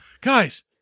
Guys